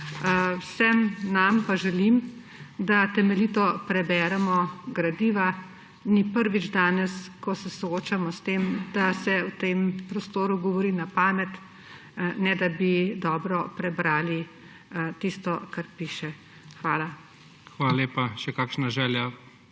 Vsem nam pa želim, da temeljito preberemo gradiva. Ni prvič danes, ko se soočamo s tem, da se v tem prostoru govori na pamet, ne da bi dobro prebrali tisto, kar piše. Hvala. **PREDSEDNIK IGOR